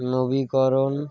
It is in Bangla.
নবীকরণ